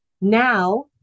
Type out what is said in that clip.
Now